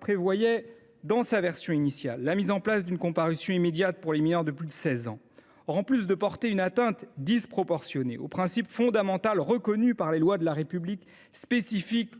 prévoyait, dans sa version initiale, la mise en place d’une comparution immédiate pour les mineurs de plus de 16 ans. Outre qu’elle porterait, si elle était adoptée, une atteinte disproportionnée au principe fondamental reconnu par les lois de la République de spécificité